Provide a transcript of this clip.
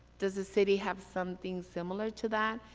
does the city have something similar to that?